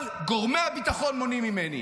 אבל גורמי הביטחון מונעים ממני.